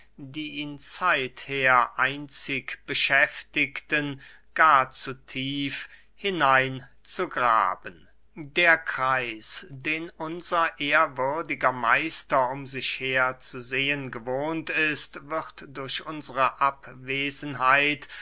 die ihn zeither einzig beschäftigten gar zu tief hinein zu graben der kreis den unser ehrwürdiger meister um sich her zu sehen gewohnt ist wird durch unsre abwesenheit